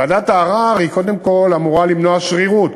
ועדת הערר קודם כול אמורה למנוע שרירות